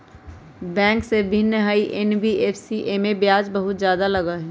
Bank से भिन्न हई एन.बी.एफ.सी इमे ब्याज बहुत ज्यादा लगहई?